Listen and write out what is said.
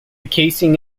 casing